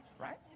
Right